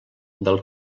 del